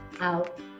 out